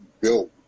built